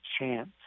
Chance